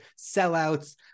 sellouts